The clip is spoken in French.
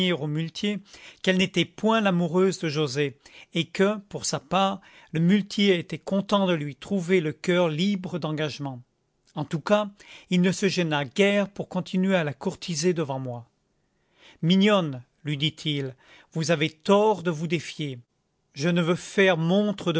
au muletier qu'elle n'était point l'amoureuse de joset et que pour sa part le muletier était content de lui trouver le coeur libre d'engagements en tout cas il ne se gêna guère pour continuer à la courtiser devant moi mignonne lui dit-il vous avez tort de vous défier je ne veux faire montre